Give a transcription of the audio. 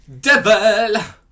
Devil